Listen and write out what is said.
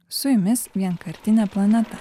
su jumis vienkartinė planeta